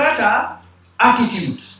Attitude